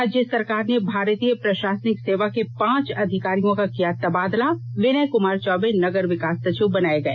राज्य सरकार ने भारतीय प्रशासनिक सेवा के पांच अधिकारियों का किया तबादला विनय कुमार चौबे नगर विकास सचिव बनाए गए